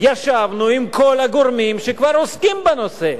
ישבנו עם כל הגורמים שעוסקים בנושא.